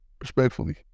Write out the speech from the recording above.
Respectfully